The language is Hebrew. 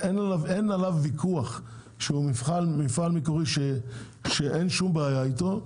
עליו ויכוח שהוא מפעל מקורי ושאין בעיה איתו,